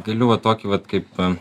galiu va tokį vat kaip